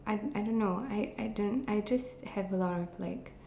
I I don't know I I don't I just have a lot of like